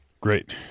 Great